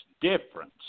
difference